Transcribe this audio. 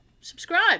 subscribe